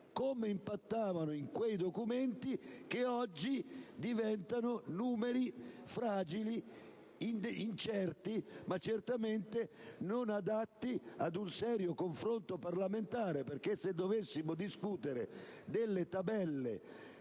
impattano in quei documenti che oggi diventano numeri fragili ed incerti, ma certamente non adatti ad un serio confronto parlamentare. Se dovessimo discutere delle tabelle